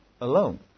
alone